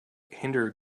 hinder